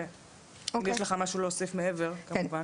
אם יש משהו להוסיף מעבר כמובן.